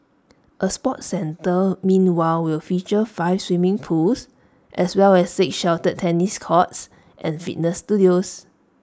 A sports centre meanwhile will feature five swimming pools as well as six sheltered tennis courts and fitness studios